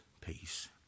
peace